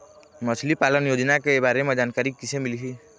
मछली पालन योजना के बारे म जानकारी किसे मिलही?